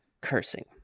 cursing